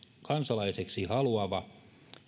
kansalaiseksi haluava